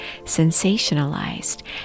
sensationalized